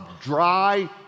dry